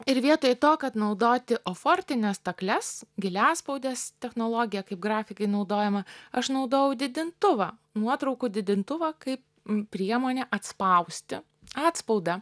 ir vietoj to kad naudoti ofortines stakles giliaspaudės technologiją kaip grafikai naudojama aš naudojau didintuvą nuotraukų didintuvą kaip priemonę atspausti atspaudą